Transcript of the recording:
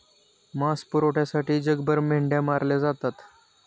मांस पुरवठ्यासाठी जगभर मेंढ्या मारल्या जातात